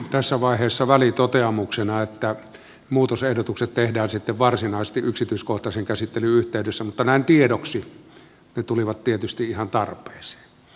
tässä vaiheessa välitoteamuksena että muutosehdotukset tehdään sitten varsinaisesti yksityiskohtaisen käsittelyn yhteydessä mutta näin tiedoksi ne tulivat tietysti ihan tarpeeseen